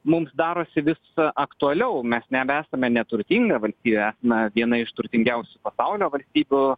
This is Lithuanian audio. mums darosi vis aktualiau mes nebesame neturtinga valstybė esame viena iš turtingiausių pasaulio valstybių